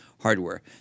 hardware